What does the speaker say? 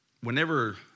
whenever